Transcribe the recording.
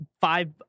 five